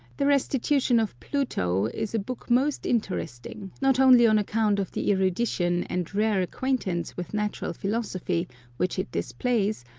the restitution of pluto is a book most inter esting, not only on account of the erudition and rare acquaintance with natural philosophy which it displays,